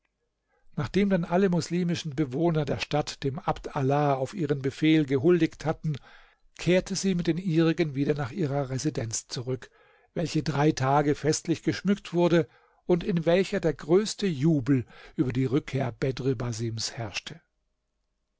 nachdem dann alle moslimischen bewohner der stadt dem abd allah auf ihren befehl gehuldigt hatten kehrte sie mit den ihrigen wieder nach ihrer residenz zurück welche drei tage festlich geschmückt wurde und in welcher der größte jubel über die rückkehr bedr basims herrschte